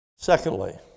Secondly